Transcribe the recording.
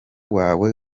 wawe